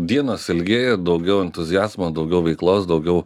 dienos ilgėja daugiau entuziazmo daugiau veiklos daugiau